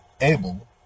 able